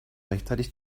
rechtzeitig